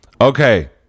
okay